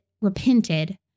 repented